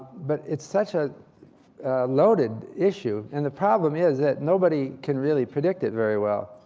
but it's such a loaded issue. and the problem is that nobody can really predict it very well.